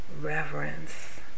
reverence